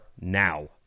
now